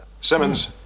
Simmons